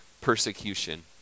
persecution